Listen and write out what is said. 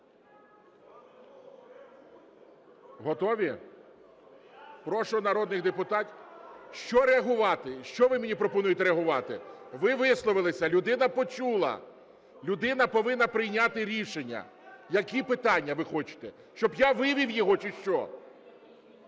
Готові? Прошу народних депутатів… Що реагувати?! Що ви мені пропонуєте реагувати?! Ви висловилися, людина почула, людина повинна прийняти рішення. Які питання ви хочете? Щоб я вивів його, чи що?